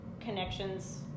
connections